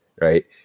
Right